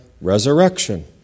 resurrection